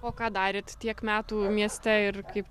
o ką darėt tiek metų mieste ir kaip